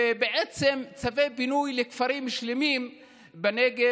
ובעצם יש צווי פינוי לכפרים שלמים בנגב,